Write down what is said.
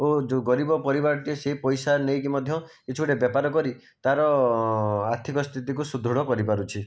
ଓ ଯେଉଁ ଗରିବ ପରିବାରଟିଏ ସେଇ ପଇସା ନେଇକି ମଧ୍ୟ କିଛି ଗୋଟିଏ ବେପାର କରି ତାର ଆର୍ଥିକ ସ୍ଥିତିକୁ ସୁଦୃଢ଼ କରିପାରୁଛି